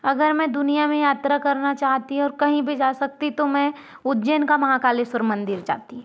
अगर मैं दुनिया में यात्रा करना चाहती और कहीं भी जा सकती तो मैं उज्जैन का महाकालेश्वर मंदिर जाती